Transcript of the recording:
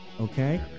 Okay